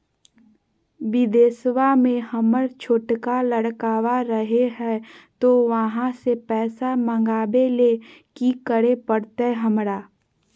बिदेशवा में हमर छोटका लडकवा रहे हय तो वहाँ से पैसा मगाबे ले कि करे परते हमरा?